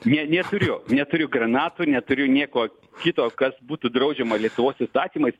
ne neturiu neturiu granatų neturiu nieko kito kas būtų draudžiama lietuvos įstatymais